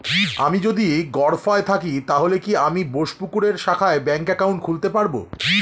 আমি যদি গরফায়ে থাকি তাহলে কি আমি বোসপুকুরের শাখায় ব্যঙ্ক একাউন্ট খুলতে পারবো?